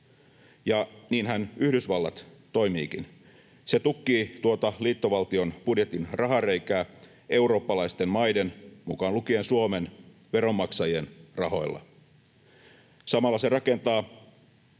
niinhän Yhdysvallat toimiikin: se tukkii tuota liittovaltion budjetin rahareikää eurooppalaisten maiden, mukaan lukien Suomen, veronmaksajien rahoilla. Samalla se rakentaa